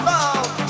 Love